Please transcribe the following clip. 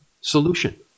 solution